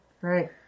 Right